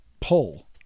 pull